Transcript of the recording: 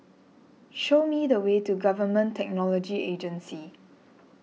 show me the way to Government Technology Agency